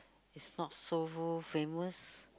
is not so famous